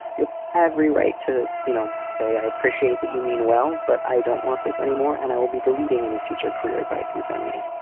you have every right to, you know, say, i appreciate that you mean well, but i don't want this anymore. and i will be deleting any future career advice you send me.